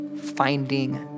finding